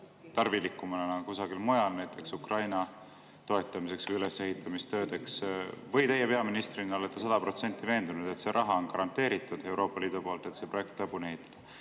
tarvilikumana kusagil mujal, näiteks Ukraina toetamiseks või ülesehitamise töödeks? Kas teie peaministrina olete sada protsenti veendunud, et see raha on garanteeritud Euroopa Liidu poolt, et see projekt lõpuni